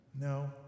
No